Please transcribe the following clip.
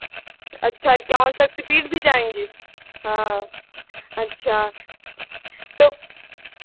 अच्छा इक्यावन शक्ति पीठ भी जाएँगी हाँ अच्छा तो